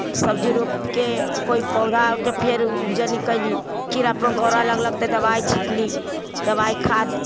सब्जी रोपके कोइ पौधाके फेर उपजन कयली कीड़ा मकोड़ा लगलक तऽ दबाइ छिटली दबाइ खाद